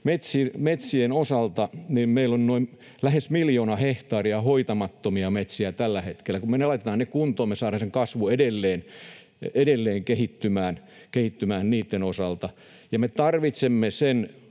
metsien osalta meillä on lähes miljoona hehtaaria hoitamattomia metsiä tällä hetkellä. Kun me laitetaan ne kuntoon, me saadaan se kasvu edelleen kehittymään niitten osalta. Ja me tarvitsemme sen